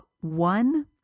one